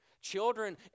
Children